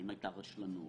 האם הייתה רשלנות?